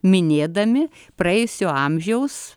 minėdami praėjusio amžiaus